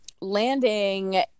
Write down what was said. landing